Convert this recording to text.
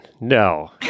No